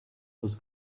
was